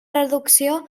reducció